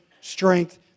strength